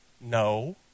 No